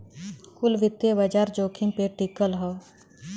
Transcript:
कुल वित्तीय बाजार जोखिम पे टिकल हौ